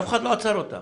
אף אחד לא עצר אותך.